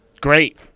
great